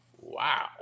Wow